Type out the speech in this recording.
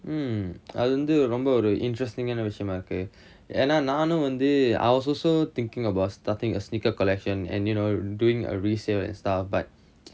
um அது வந்து ரொம்ப ஒரு:athu vanthu romba oru interesting ஆன விஷயமா இருக்கு ஏன்னா நானும் வந்து:aana vishayamaa irukku yaenna naanum vanthu I was also thinking about starting a sneaker collection and you know doing a resale and stuff but